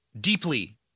deeply